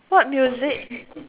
what music